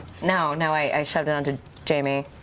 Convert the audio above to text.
no, no, i shoved it onto jamie.